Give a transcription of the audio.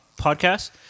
podcast